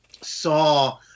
saw